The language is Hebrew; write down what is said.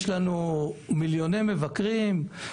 יש לנו מיליוני מבקרים,